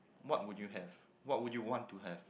what would you have what would you want to have